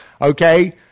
Okay